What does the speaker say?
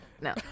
No